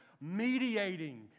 mediating